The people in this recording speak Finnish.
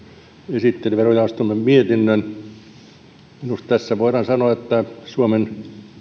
esitteli verojaostomme mietinnön minusta voidaan sanoa että suomen